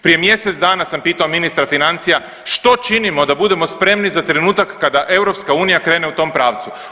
Prije mjesec dana sam pitao ministra financija što činimo da budemo spremni za trenutak kada EU krene u tom pravcu.